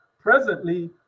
presently